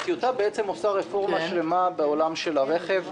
הטיוטה בעצם עושה רפורמה שלמה בעולם הרכב,